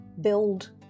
build